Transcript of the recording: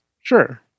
Sure